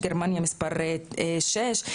גרמניה מספר 6,